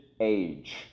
age